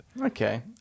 Okay